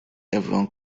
everyone